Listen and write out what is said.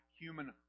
human